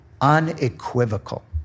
unequivocal